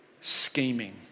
scheming